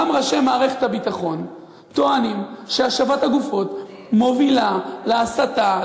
גם ראשי מערכת הביטחון טוענים שהשבת הגופות מובילה להסתה,